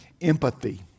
empathy